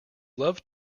loved